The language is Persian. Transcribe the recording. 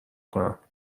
کنم